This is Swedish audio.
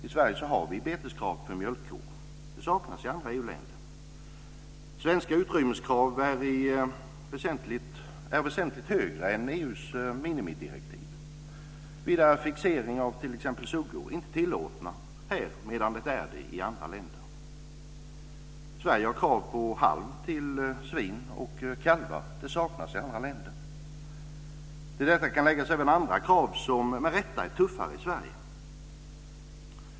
I Sverige har vi beteskrav för mjölkkor. Det saknas för andra EU-länder. Svenska utrymmeskrav är väsentligt högre än EU:s minimidirektiv. Vidare är t.ex. fixering av suggor inte tillåten här medan det är det i andra länder. Sverige har krav på halm till svin och kalvar. Det saknas i andra länder. Till detta kan även läggas andra krav som med rätta är tuffare i Sverige.